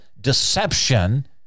deception